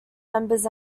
members